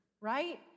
right